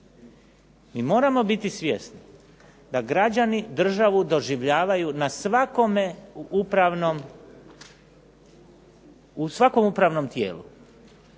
Mi moramo biti svjesni da građani državu doživljavaju na svakom upravnom tijelu.